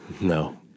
No